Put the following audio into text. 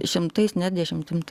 šimtais ne dešimtim